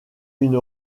une